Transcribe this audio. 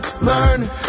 learn